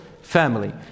family